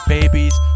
Babies